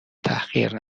تحقیر